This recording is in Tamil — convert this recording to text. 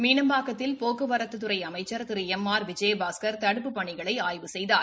மீளம்பாக்கத்தில் போக்குவரத்துத்துறை அமைச்சா் திரு எம் ஆர் விஜயபாஸ்கா் தடுப்புப் பணிகள் ஆய்வு செய்தார்